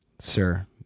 Sir